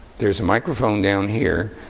there's a microphone down here.